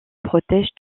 protège